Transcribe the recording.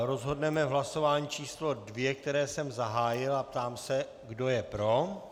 Rozhodneme v hlasování číslo 2, které jsem zahájil, a ptám se, kdo je pro.